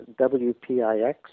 WPIX